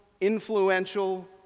influential